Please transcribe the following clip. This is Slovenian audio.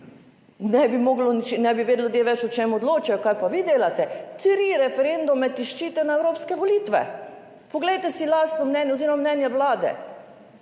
ne bi vedeli ljudje več o čem odločajo, kaj pa vi delate? Tri referendume tiščite na evropske volitve. Poglejte si lastno mnenje oziroma mnenje Vlade.